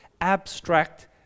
abstract